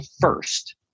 first